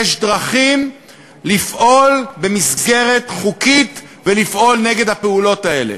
יש דרכים לפעול במסגרת חוקית ולפעול נגד הפעולות האלה.